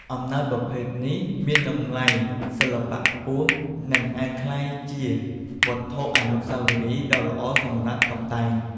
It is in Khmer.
អំណោយប្រភេទនេះមានតម្លៃសិល្បៈខ្ពស់ និងអាចក្លាយជាវត្ថុអនុស្សាវរីយ៍ដ៏ល្អសម្រាប់តុបតែង។